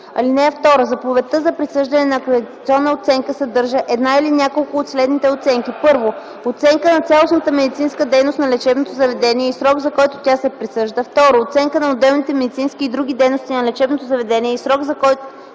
(2) Заповедта за присъждане на акредитационна оценка съдържа една или няколко от следните оценки: 1. оценка на цялостната медицинска дейност на лечебното заведение и срок, за който тя се присъжда; 2. оценка на отделните медицински и други дейности на лечебното заведение и срок, за който